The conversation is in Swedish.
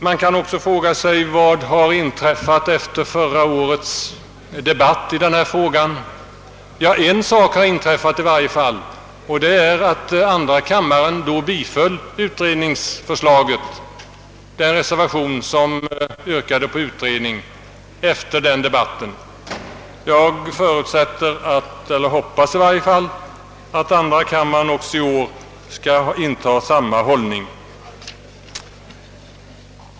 Man kan också fråga sig vad som har inträffat efter förra årets debatt i denna fråga. En sak har i varje fall inträffat, nämligen att andra kammaren då biföll den reservation som yrkade på utredning. Jag förutsätter — i varje fall hoppas jag — att andra kammaren också i år skall inta samma hållning.